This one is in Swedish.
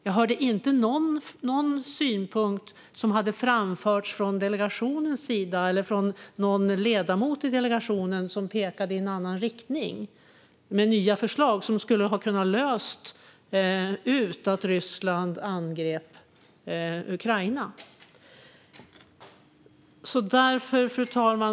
Jag hörde inte någon synpunkt som hade framförts från delegationens sida eller från någon ledamot i delegationen som pekade i en annan riktning med nya förslag som skulle ha kunnat lösa frågan om att Ryssland angrep Ukraina. Fru talman!